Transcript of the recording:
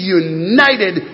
united